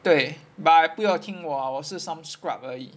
对 but 不要听我我是 some scrub 而已